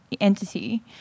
entity